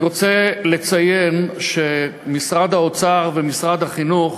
אני רוצה לציין שמשרד האוצר ומשרד החינוך